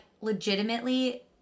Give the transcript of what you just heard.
legitimately